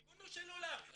ריבונו של עולם.